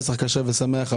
פסח כשר ושמח,